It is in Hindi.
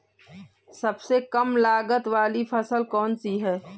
सबसे कम लागत वाली फसल कौन सी है?